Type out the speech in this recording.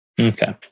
Okay